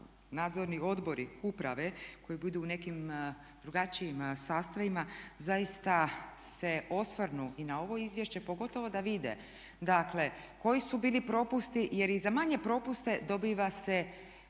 nadzorni odbori, uprave koji budu u nekim drugačijim sastavima zaista se osvrnu i na ovo izvješće, pogotovo da vide, dakle koji su bili propusti. Jer i za manje propuste dobiva se